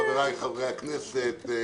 חבריי חברי הכנסת,